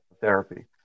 therapy